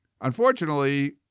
Unfortunately